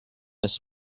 miss